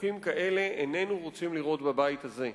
שחוקים כאלה איננו רוצים לראות בבית הזה.